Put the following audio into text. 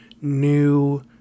new